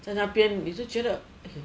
在那边一直觉得